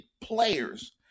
players